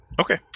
Okay